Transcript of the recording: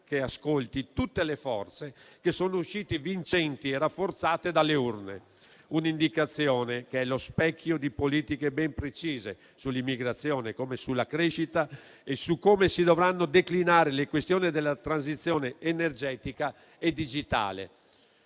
che ascolti tutte le forze che sono uscite vincenti e rafforzate dalle urne, un'indicazione che è lo specchio di politiche ben precise sull'immigrazione, come sulla crescita e su come si dovranno declinare le questioni della transizione energetica e digitale.